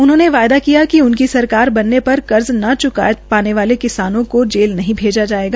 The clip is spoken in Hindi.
उन्होंने वायदा किया कि उनकी सरकार बनने पर कर्ज न चुका पाने वाले किसानों को जेल नहीं भेजा जायेगा